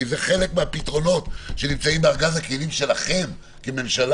כי זה חלק מהפתרונות שנמצאים בארגז הכלים שלכם כממשלה.